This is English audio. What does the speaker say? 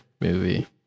movie